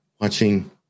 watching